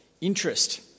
interest